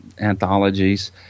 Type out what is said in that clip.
anthologies